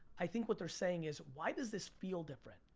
i think what they're saying is, why does this feel different?